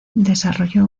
desarrolló